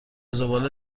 زباله